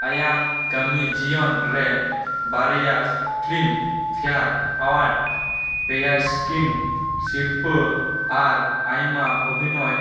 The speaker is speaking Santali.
ᱟᱭᱟᱝ ᱠᱟᱹᱢᱤ ᱡᱤᱭᱚᱱ ᱨᱮ ᱵᱟᱨᱭᱟ ᱯᱷᱞᱤᱢ ᱯᱷᱮᱭᱟᱨ ᱮᱣᱟᱨᱰ ᱯᱮᱭᱟ ᱥᱠᱤᱢ ᱥᱤᱨᱯᱟᱹ ᱟᱨ ᱟᱭᱢᱟ ᱚᱵᱷᱤᱱᱚᱭ